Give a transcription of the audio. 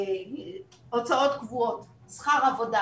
הוצאות קבועות, שכר עבודה